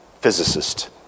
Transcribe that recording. physicist